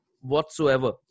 whatsoever